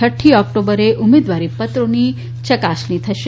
છ ઓકટોબરે ઉમેદવારીપત્રોની ચકાસણી થશે